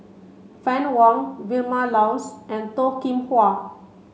Fann Wong Vilma Laus and Toh Kim Hwa